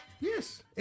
Yes